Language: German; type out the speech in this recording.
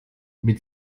mit